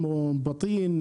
כמו אום בטין,